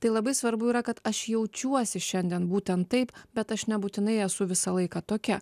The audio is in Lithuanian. tai labai svarbu yra kad aš jaučiuosi šiandien būtent taip bet aš nebūtinai esu visą laiką tokia